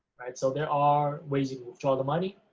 alright, so there are ways you can withdraw the money,